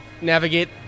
navigate